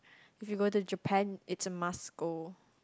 if you go to Japan it's a must go